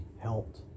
helped